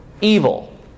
evil